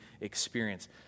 experience